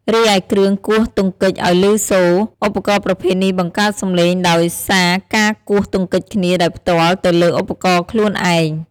រីឯគ្រឿងគោះទង្គិចឲ្យព្ញសូរ ឧបករណ៍ប្រភេទនេះបង្កើតសំឡេងដោយសារការគោះទង្គិចគ្នាដោយផ្ទាល់ទៅលើឧបករណ៍ខ្លួនឯង។